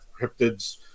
cryptids